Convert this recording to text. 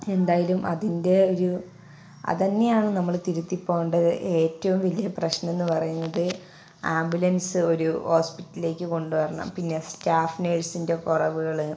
എന്തായാലും അതിൻ്റെ ഒരു അത് തന്നെയാണ് നമ്മൾ തിരുത്തി പോവേണ്ടത് ഏറ്റവും വലിയ പ്രശ്നം എന്നു പറയുന്നത് ആംബുലൻസ് ഒരു ഹോസ്പിറ്റലിലേക്ക് കൊണ്ടുവരണം പിന്നെ സ്റ്റാഫ് നേഴ്സിൻ്റെ കുറവുകൾ